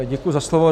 Děkuji za slovo.